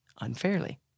unfairly